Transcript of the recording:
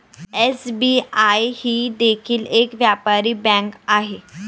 SBI ही देखील एक व्यापारी बँक आहे